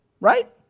Right